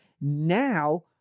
Now